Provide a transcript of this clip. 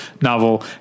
novel